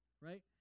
right